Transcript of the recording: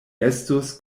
estus